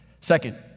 Second